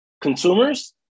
consumers